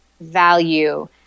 value